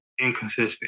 inconsistent